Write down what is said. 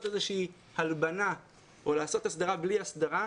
איזושהי הלבנה או לעשות הסדרה בלי הסדרה.